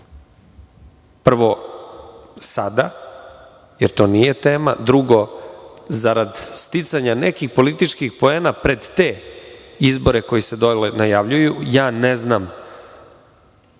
prvo sada, jer to nije tema. drugo zarad sticanja nekih političkih poena pred te izbore koji se dole najavljuju. Ne znam,